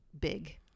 big